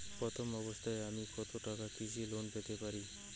প্রথম অবস্থায় আমি কত টাকা কৃষি লোন পেতে পারি?